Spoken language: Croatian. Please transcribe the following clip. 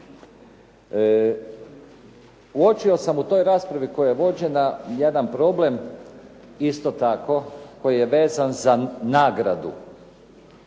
Uočio sam u toj raspravi koja je vođena jedan problem isto tako koji je vezan za nagradu.